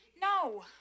No